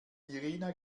irina